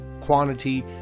quantity